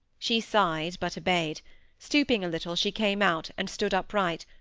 she sighed, but obeyed stooping a little, she came out, and stood upright,